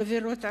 חברות האשראי,